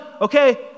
Okay